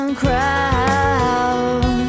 crowd